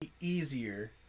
easier